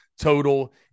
total